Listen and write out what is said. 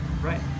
Right